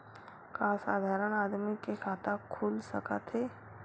का साधारण आदमी के खाता खुल सकत हे?